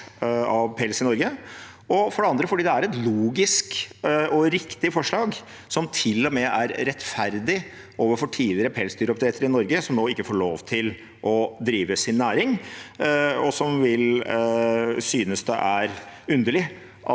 av pels i Norge. For det andre er det et logisk og riktig forslag som til og med er rettferdig overfor tidligere pelsdyroppdrettere i Norge, som nå ikke får lov til å drive sin næring, og som vil synes det er underlig at